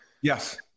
yes